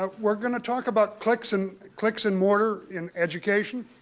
um we're going to talk about clicks and clicks and mortar in education,